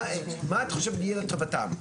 מה את חושבת יהיה לטובתם.